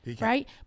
right